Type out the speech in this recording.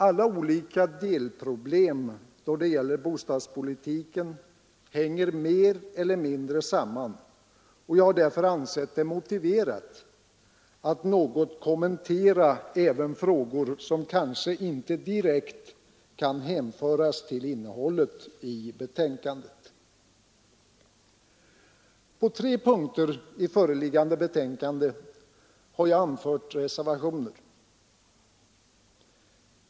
Alla olika delproblem då det gäller bostadspolitiken hänger mer eller mindre samman, och jag har därför ansett det motiverat att något kommentera även frågor som kanske inte direkt kan hänföras till innehållet i betänkandet. På tre punkter i föreliggande betänkande har jag anfört reservationer.